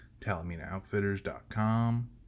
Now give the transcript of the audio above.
talaminaoutfitters.com